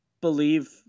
believe